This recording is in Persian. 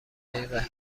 دقیقه